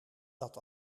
dat